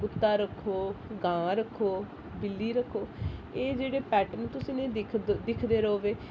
कुत्ता रक्खो गां रक्खो बिल्ली रक्खो एह् जेह्ड़े पैट न तुस इ'नेंगी दिखदे रौह्गे